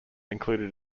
included